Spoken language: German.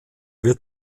wird